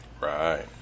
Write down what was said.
Right